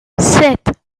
sept